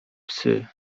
psy